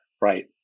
right